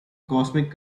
cosmic